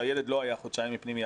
שהילד לא היה חודשיים בפנימייה,